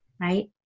right